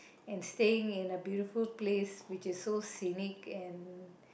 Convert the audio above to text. and staying in a beautiful place which is so scenic and